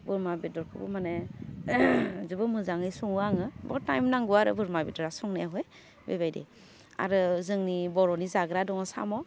बोरमा बेदरखौबो माने जोबोर मोजाङै सङो आङो बहुद टाइम नांगौ आरो बोरमा बेदरा संनायावहै बेबायदि आरो जोंनि बर'नि जाग्रा दङ साम'